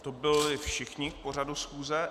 To byli všichni k pořadu schůze.